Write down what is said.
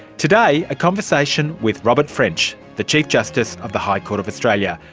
today a conversation with robert french, the chief justice of the high court of australia,